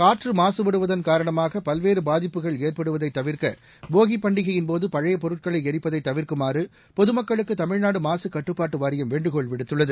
காற்று மாசுபடுவதன் காரணமாக பல்வேறு பாதிப்புகள் ஏற்படுவதைத் தவிர்க்க போகிப் பண்டிகையின் போது பழைய பொருட்களை எரிப்பதை தவிர்க்குமாறு பொது மக்களுக்கு தமிழ்நாடு மாசுக் கட்டுப்பாட்டு வாரியம் வேண்டுகோள் விடுத்துள்ளது